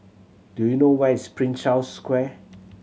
do you know where is Prince Charles Square